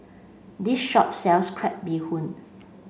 this shop sells crab bee hoon